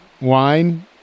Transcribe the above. wine